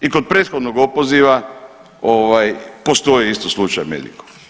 I kod prethodnog opoziva postoji isto slučaj Medikol.